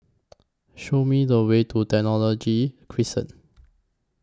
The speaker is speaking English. Show Me The Way to Technology Crescent